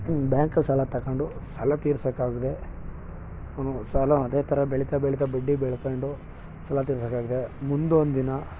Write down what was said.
ಬ್ಯಾಂಕಲ್ಲಿ ಸಾಲ ತಗೊಂಡು ಸಾಲ ತೀರ್ಸೋಕೆ ಆಗದೇ ಅವನು ಸಾಲ ಅದೇ ಥರ ಬೆಳೀತಾ ಬೆಳೀತಾ ಬಡ್ಡಿ ಬೆಳ್ಕೊಂಡು ಸಾಲ ತೀರ್ಸೋಕೆ ಆಗದೆ ಮುಂದೊಂದು ದಿನ